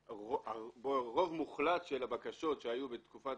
רוב מוחלט של הבקשות שהיו בתקופת